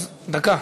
אז דקה,